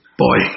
boy